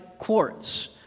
quartz